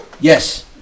Yes